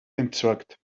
entsorgt